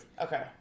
Okay